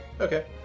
Okay